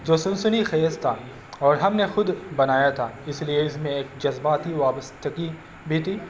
جو سنسنی خیز تھا اور ہم نے خود بنایا تھا اس لیے اس میں ایک جذباتی وابستگی بھی تھی